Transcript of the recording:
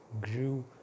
grew